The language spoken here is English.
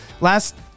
last